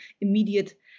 immediate